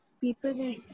people